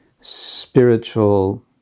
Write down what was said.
spiritual